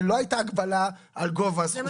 ולא הייתה הגבלה על גובה הסכום.